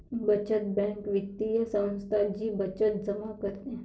बचत बँक वित्तीय संस्था जी बचत जमा करते